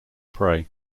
prey